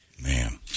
Man